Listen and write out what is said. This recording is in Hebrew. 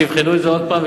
שיבחנו את זה עוד פעם,